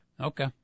Okay